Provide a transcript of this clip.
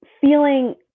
feeling